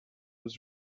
was